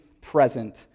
present